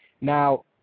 Now